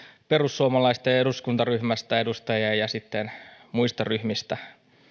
perussuomalaisten eduskuntaryhmästä edustajia ja sitten muista ryhmistä